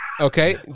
Okay